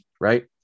right